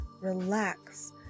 relax